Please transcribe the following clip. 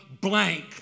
blank